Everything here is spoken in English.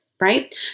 right